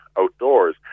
outdoors